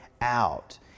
out